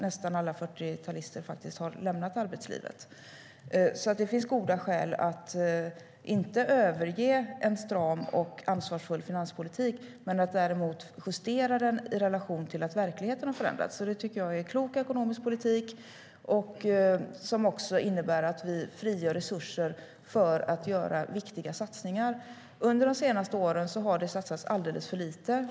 Nästan alla 40-talister har lämnat arbetslivet. Under de senaste åren har det satsats alldeles för lite.